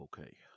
Okay